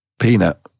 Peanut